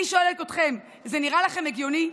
אני שואלת אתכם: זה נראה לכם הגיוני?